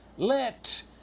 Let